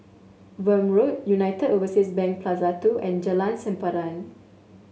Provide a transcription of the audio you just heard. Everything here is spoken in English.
Welm Road United Overseas Bank Plaza Two and Jalan Sempadan